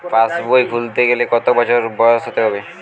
পাশবই খুলতে গেলে কত বছর বয়স হতে হবে?